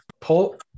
pull